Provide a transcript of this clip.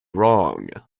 wrong